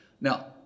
Now